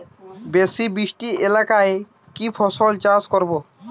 বেশি বৃষ্টি এলাকায় কি ফসল চাষ করব?